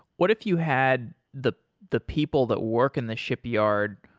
what if you had the the people that work in the shipyard,